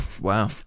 Wow